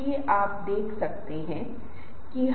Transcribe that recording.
आइए हम इस छवि को देखें और इस व्यक्ति को देखें जो नेता लगता है